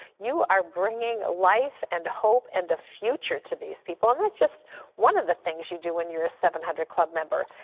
you are bringing life and hope and a future to these people, and that's just one of the things you do when you are seven hundred club member,